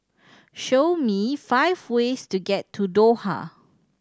show me five ways to get to Doha